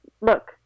look